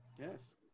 Yes